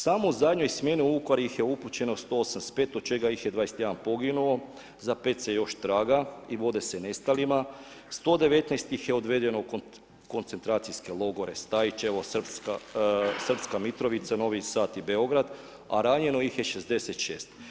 Samo u zadnjoj smjeni u Vukovar ih je upućeno 185 od čega ih je 21 poginulo, za 5 se još traga i vode se nestalima, 119 ih je odvedeno u koncentracijske logore Stajićevo, Srpska Mitrovica, Novi Sad i Beograd a ranjeno ih je 66.